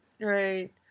Right